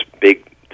big